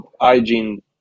hygiene